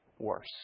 worse